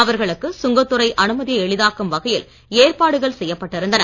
அவர்களுக்கு சுங்கத்துறை அனுமதியை எளிதாக்கும் வகையில் ஏற்பாடுகள் செய்யப்பட்டிருந்தன